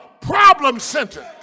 problem-centered